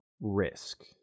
risk